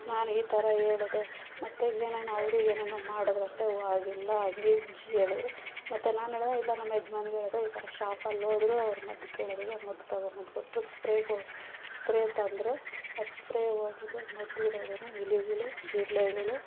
ನಾನು ಈ ಥರ ಹೇಳ್ದೆ ಮತ್ತು ಏನೇನು ಅವರು ಏನೇನೋ ಮಾಡಿದ್ರಂತೆ ಹೋಗಿಲ್ಲ ಹಂಗೆ ಹಿಂಗೆ ಹೇಳಿದ್ರು ಮತ್ತು ನಾನು ಹೇಳ್ದೆ ಇಲ್ಲ ನಮ್ಮಯಜ್ಮಾನ್ರಿಗೆ ಹೇಳ್ದೆ ಈ ಥರ ಶಾಪಲ್ಲಿ ಹೋದ್ರು ಅವ್ರು ಮದ್ದು ಕೇಳಿದ್ರು ಅವ್ರು ಮದ್ದು ತಗೊಂಡ್ಬಂದು ಕೊಟ್ಟರು ಸ್ಪ್ರೇ ಕೊ ಸ್ಪ್ರೇ ತಂದರು ಆ ಸ್ಪ್ರೇ ಹೊಡ್ದು ಮದ್ದಿಡೋದರಿಂದ ಇಲಿಗಳು ಜಿರಳೆಗಳು